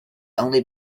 only